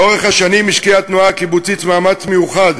לאורך השנים השקיעה התנועה הקיבוצית מאמץ מיוחד